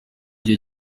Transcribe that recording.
gihe